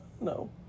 No